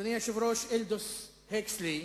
אדוני היושב-ראש, אלדוס הקסלי,